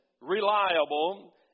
reliable